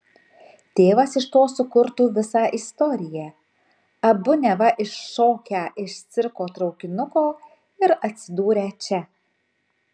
tėvas iš to sukurtų visą istoriją abu neva iššokę iš cirko traukinuko ir atsidūrę čia